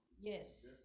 Yes